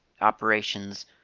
operations